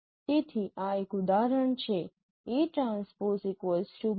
તેથી આ એક ઉદાહરણ છે